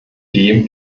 dem